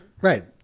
Right